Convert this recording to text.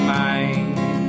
mind